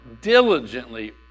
diligently